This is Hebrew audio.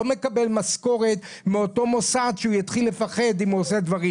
לא מקבל משכורת מאותו מוסד שהוא יתחיל לפחד אם הוא עושה דברים.